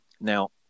now